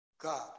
God